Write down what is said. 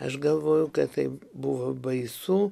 aš galvoju kad tai buvo baisu